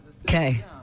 Okay